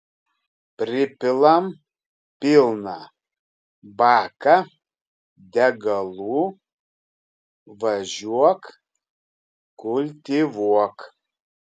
pripilam pilną baką degalų važiuok kultivuok